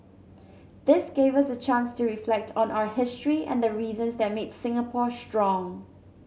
this gave us a chance to reflect on our history and the reasons that made Singapore strong